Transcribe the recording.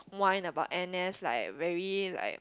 whine about N_S like very like